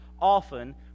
often